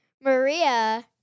Maria